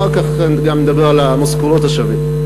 ואחר כך גם נדבר על המשכורות השוות.